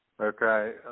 Okay